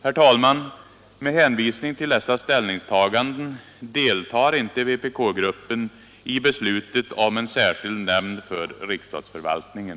Herr talman! Med hänvisning till dessa ställningstaganden deltar inte vpk-gruppen i beslutet om en särskild nämnd för riksdagsförvaltningen.